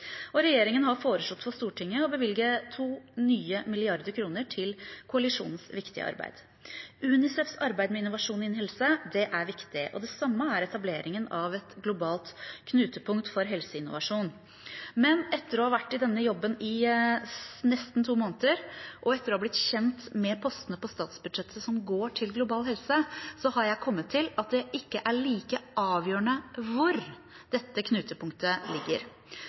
og regjeringen har foreslått for Stortinget å bevilge nye 2 mrd. kr til koalisjonens viktige arbeid. UNICEFs arbeid med innovasjon innen helse er viktig. Det samme er etableringen av et globalt knutepunkt for helseinnovasjon. Men etter å ha vært i denne jobben i nesten to måneder, og etter å ha blitt kjent med postene på statsbudsjettet som går til global helse, har jeg kommet til at det ikke er like avgjørende hvor dette knutepunktet ligger.